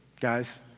guys